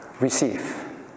receive